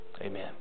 Amen